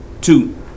two